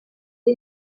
ari